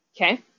Okay